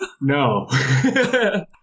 No